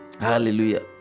Hallelujah